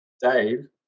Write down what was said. dave